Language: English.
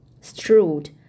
strewed